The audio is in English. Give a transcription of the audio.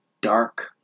dark